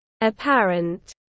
apparent